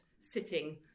sitting